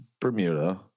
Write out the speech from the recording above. Bermuda